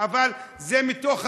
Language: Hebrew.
אבל זה מתוך הכאב,